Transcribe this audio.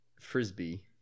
Frisbee